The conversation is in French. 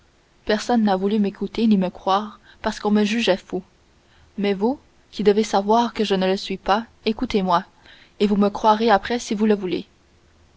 personne n'a voulu m'écouter ni me croire parce qu'on me jugeait fou mais vous qui devez savoir que je ne le suis pas écoutez-moi et vous me croirez après si vous voulez